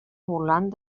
volant